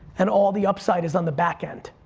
and all the upside is on the back end.